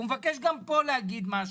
הוא מבקש גם פה להגיד משהו,